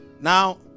Now